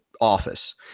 office